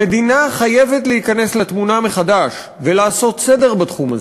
המדינה חייבת להיכנס לתמונה מחדש ולעשות סדר בתחום הזה.